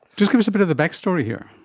just give us a bit of the backstory here.